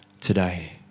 today